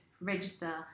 register